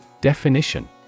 Definition